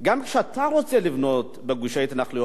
גם כשאתה רוצה לבנות בגושי התנחלויות,